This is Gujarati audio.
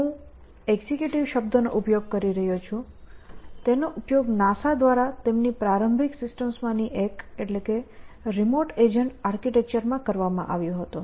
હું એક્ઝિક્યુટિવ શબ્દનો ઉપયોગ કરી રહ્યો છું તેનો ઉપયોગ NASA દ્વારા તેમની પ્રારંભિક સિસ્ટમ્સમાંની એક રિમોટ એજન્ટ આર્કિટેક્ચર માં કરવામાં આવ્યો હતો